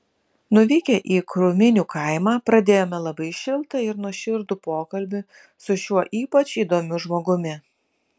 nuvykę į krūminių kaimą pradėjome labai šiltą ir nuoširdų pokalbį su šiuo ypač įdomiu žmogumi